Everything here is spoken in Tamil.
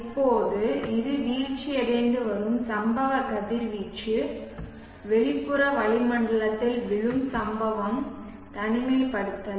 இப்போது இது வீழ்ச்சியடைந்து வரும் சம்பவ கதிர்வீச்சு வெளிப்புற வளிமண்டலத்தில் விழும் சம்பவம் தனிமைப்படுத்தல்